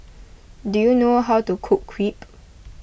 do you know how to cook Crepe